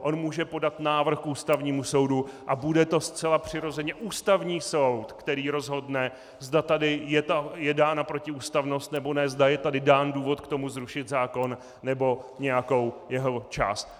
On může podat návrh k Ústavnímu soudu a bude to zcela přirozeně Ústavní soud, který rozhodne, zda tady je dána protiústavnost, nebo ne, zda je tady dán důvod k tomu zrušit zákon nebo nějakou jeho část.